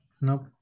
nope